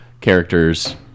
characters